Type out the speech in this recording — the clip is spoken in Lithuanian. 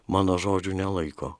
mano žodžių nelaiko